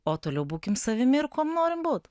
o toliau būkim savimi ir kuom norim būt